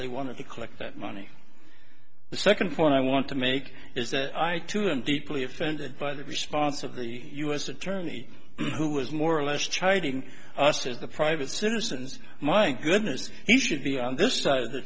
they wanted to collect that money the second point i want to make is that i too am deeply offended by the response of the u s attorney who was more or less chiding us as the private citizens my goodness he should be on this side of the